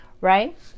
Right